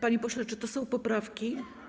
Panie pośle, czy to są poprawki?